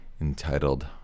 entitled